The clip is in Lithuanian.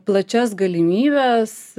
plačias galimybes